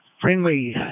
friendly